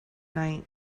night